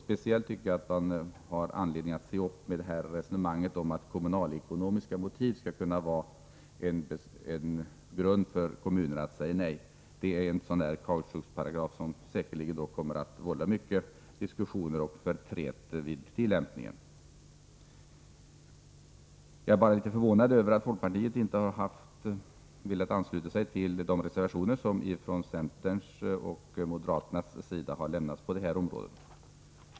Speciellt tycker jag att det finns anledning att se upp med resonemanget om att kommunalekonomiska motiv skall kunna vara en grund för kommunen att säga nej. Det är en kautschukparagraf som säkerligen kommer att vålla mycken diskussion och förtret vid tillämpningen. Jag är litet förvånad över att folkpartiet inte har velat ansluta sig till de reservationer som centern och moderaterna har avgivit på det här området.